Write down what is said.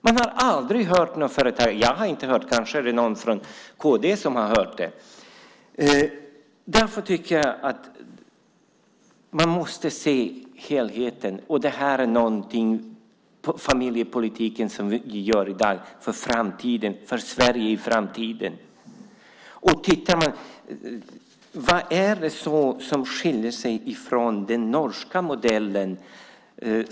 Jag har aldrig hört någon företagare säga det. Kanske någon från kd har hört det. Därför tycker jag att man måste se helheten, och den familjepolitik som vi har i dag är för framtiden, för Sverige i framtiden. Vad är det då som skiljer detta från den norska modellen?